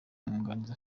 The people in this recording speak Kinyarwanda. mwunganizi